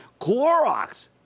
Clorox